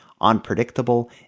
unpredictable